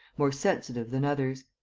more sensitive than others.